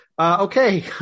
Okay